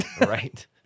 right